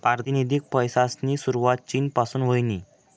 पारतिनिधिक पैसासनी सुरवात चीन पासून व्हयनी